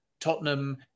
Tottenham